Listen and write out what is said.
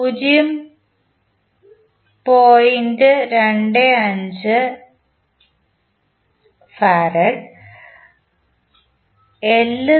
25F L 0